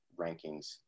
rankings